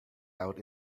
out